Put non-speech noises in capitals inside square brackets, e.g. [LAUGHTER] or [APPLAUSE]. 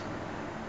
[BREATH]